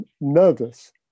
nervous